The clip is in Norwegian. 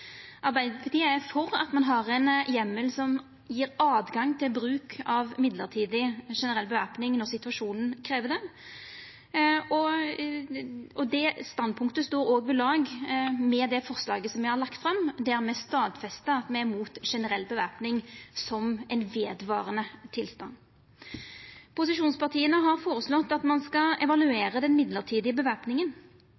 Arbeidarpartiet er for at ein har ein heimel som gjev høve til bruk av mellombels generell bevæpning når situasjonen krev det. Det standpunktet står òg ved lag med det forslaget som me har lagt fram, der me stadfestar at me er imot generell bevæpning som ein vedvarande tilstand. Posisjonspartia har føreslått at ein skal